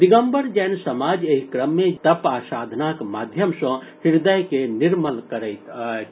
दिगम्बर जैन समाज एहि क्रम मे जप तप आ साधनाक माध्यम सॅ हृद्य के निर्मल करैत अछि